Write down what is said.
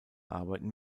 arbeiten